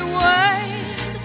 ways